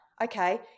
Okay